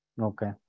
Okay